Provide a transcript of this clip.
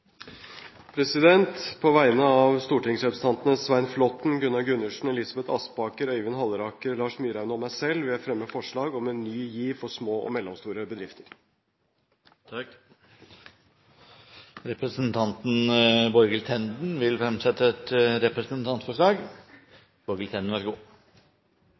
På vegne av stortingsrepresentantene Svein Flåtten, Gunnar Gundersen, Elisabeth Aspaker, Øyvind Halleraker, Lars Myraune og meg selv vil jeg fremme forslag om en ny giv for små og mellomstore bedrifter. Representanten Borghild Tenden vil fremsette et representantforslag.